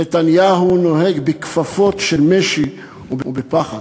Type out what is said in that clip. נתניהו נוהג בכפפות של משי ובפחד.